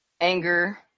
anger